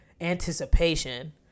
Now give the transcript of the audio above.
anticipation